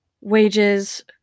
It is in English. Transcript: wages